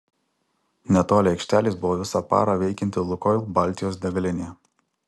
netoli aikštelės buvo visą parą veikianti lukoil baltijos degalinė